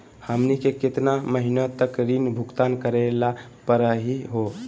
हमनी के केतना महीनों तक ऋण भुगतान करेला परही हो?